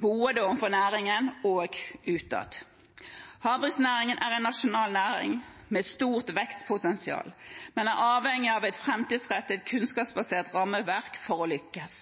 overfor næringen og utad. Havbruksnæringen er en nasjonal næring med stort vekstpotensial, men den er avhengig av et framtidsrettet, kunnskapsbasert rammeverk for å lykkes.